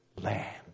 land